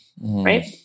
right